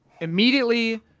immediately